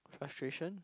frustration